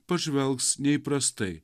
pažvelgs neįprastai